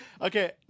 Okay